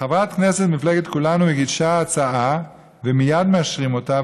חברת הכנסת ממפלגת כולנו מגישה הצעה ומייד מאשרים אותה,